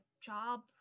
job